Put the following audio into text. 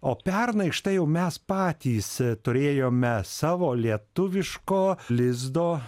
o pernai štai jau mes patys turėjome savo lietuviško lizdo